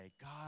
God